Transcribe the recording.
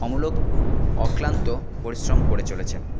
অমূলক অক্লান্ত পরিশ্রম করে চলেছে